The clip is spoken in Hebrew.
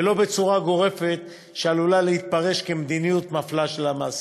ולא בצורה גורפת שעלולה להתפרש כמדיניות מפלה מצד המעסיק.